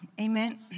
Amen